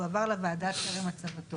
בקובץ הראשון זה נמצא בעמוד הרביעי,